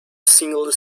single